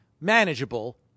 manageable